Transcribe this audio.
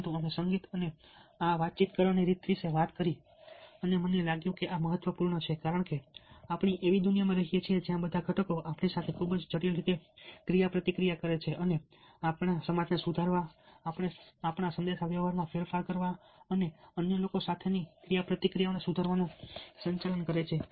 પરંતુ અમે સંગીત અને આ વાતચીત કરવાની રીત વિશે વાત કરી અને મને લાગ્યું કે આ મહત્વપૂર્ણ છે કારણ કે આપણે એવી દુનિયામાં રહીએ છીએ જ્યાં આ બધા ઘટકો આપણી સાથે ખૂબ જ જટિલ રીતે ક્રિયાપ્રતિક્રિયા કરે છે અને આપણી સમજને સુધારવા આપણા સંદેશાવ્યવહારમાં ફેરફાર કરવા અન્ય લોકો સાથેની આપણી ક્રિયાપ્રતિક્રિયાઓને સુધારવાનું સંચાલન કરે છે